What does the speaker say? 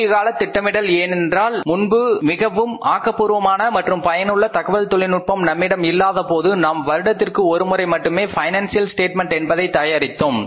குறுகியகால திட்டமிடல் ஏனென்றால் முன்பு மிகவும் ஆக்கப்பூர்வமான மற்றும் பயனுள்ள தகவல் தொழில்நுட்பம் நம்மிடம் இல்லாத போது நாம் வருடத்திற்கு ஒருமுறை மட்டுமே பைனான்சியல் ஸ்டேட்மென்ட் என்பதை தயாரித்தோம்